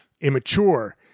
immature